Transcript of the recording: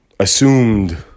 assumed